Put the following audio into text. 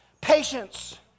Patience